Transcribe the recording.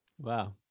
wow